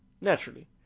Naturally